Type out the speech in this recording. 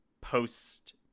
post